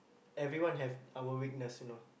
everyone have our weakness you know